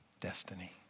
destiny